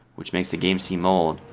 which makes the game seem old,